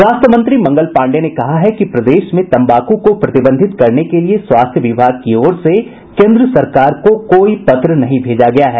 स्वास्थ्य मंत्री मंगल पाण्डेय ने कहा है कि प्रदेश में तम्बाकू को प्रतिबंधित करने के लिए स्वास्थ्य विभाग की ओर से केन्द्र सरकार को कोई पत्र नहीं भेजा गया है